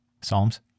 Psalms